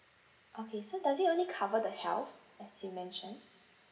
okay so does it only cover the health as you mention